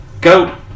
go